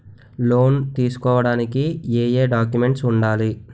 Loan తీసుకోడానికి ఏయే documents వుండాలి?